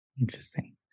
Interesting